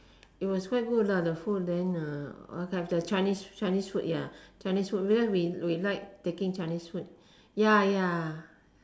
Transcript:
it was quite good lah the food then uh have the chinese chinese food ya chinese food because we we like taking chinese food ya ya